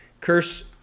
Curse